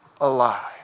alive